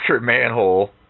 manhole